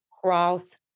cross